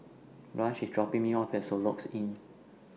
Blanch IS dropping Me off At Soluxe Inn